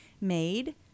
made